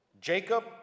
Jacob